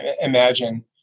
imagine